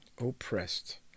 oppressed